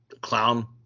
clown